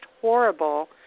horrible